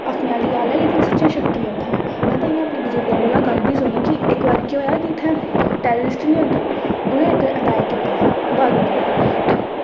आक्खनै आह्ली गल्ल ऐ पर सच्चें शक्ति ऐ उत्थें में इंया अपने बजुरगें कोला गल्ल बी सुनी की इक्क बारी केह् होया इत्थें टेररिस्ट नी होंदे उनें इक्क अटैक कीता बारूद बगैरा ते